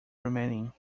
remaining